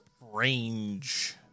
Range